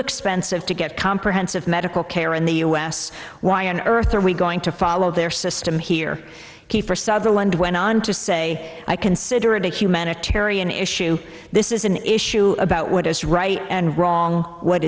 expensive to get comprehensive medical care in the us why on earth are we going to follow their system here kiefer sutherland went on to say i consider it a humanitarian issue this is an issue about what is right and wrong what